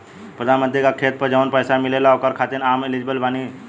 प्रधानमंत्री का खेत पर जवन पैसा मिलेगा ओकरा खातिन आम एलिजिबल बानी?